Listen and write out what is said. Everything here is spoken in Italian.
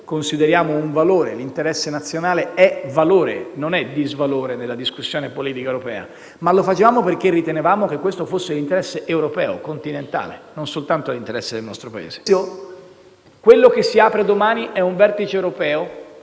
consideriamo un valore perché l'interesse nazionale è valore, non è disvalore nella discussione politica europea - ma perché ritenevamo che fosse l'interesse europeo, continentale e non soltanto l'interesse del nostro Paese. Dunque, a mio giudizio, quello che si apre domani è un vertice europeo,